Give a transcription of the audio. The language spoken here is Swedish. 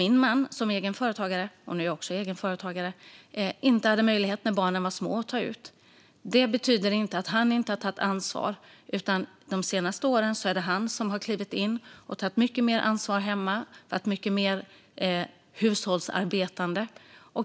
Min man, som är egenföretagare - och nu är jag också det - hade inte möjlighet att ta ut föräldraledighet när barnen var små. Det betyder inte att han inte har tagit ansvar, utan de senaste åren är det han som har klivit in och tagit mycket mer ansvar hemma och för hushållsarbetet.